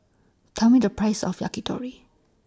Tell Me The Price of Yakitori